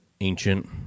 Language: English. ancient